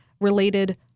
related